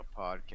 podcast